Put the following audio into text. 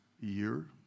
Year